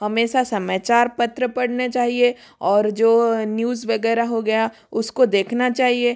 हमेशा समाचार पत्र पढ़ने चाहिए और जो न्यूज वगैरह हो गया उसको देखना चाहिए